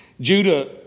Judah